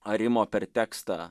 arimo per tekstą